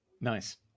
Nice